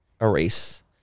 erase